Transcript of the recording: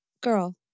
girl